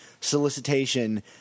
solicitation